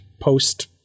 post